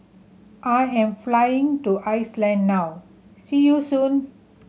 I am flying to Iceland now see you soon